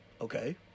Okay